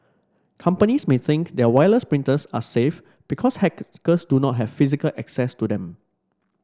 companies may think their wireless printers are safe because hacker do not have physical access to them